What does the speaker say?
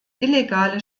illegale